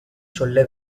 சொல்ல